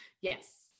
Yes